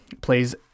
plays